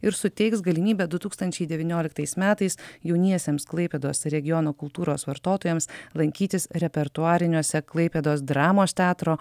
ir suteiks galimybę du tūkstančiai devynioliktais metais jauniesiems klaipėdos regiono kultūros vartotojams lankytis repertuariniuose klaipėdos dramos teatro